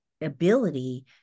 ability